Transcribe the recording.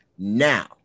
Now